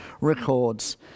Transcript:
records